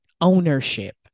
ownership